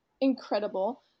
incredible